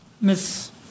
miss